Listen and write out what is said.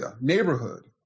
neighborhood